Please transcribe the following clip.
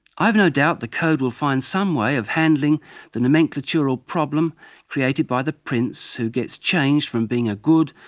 i have no doubt the code will find some way of handling the nomenclature or problem created by the prince who gets changed from being a good,